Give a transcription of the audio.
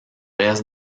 est